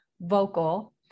vocal